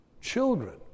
children